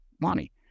money